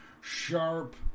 sharp